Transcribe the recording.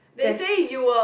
there's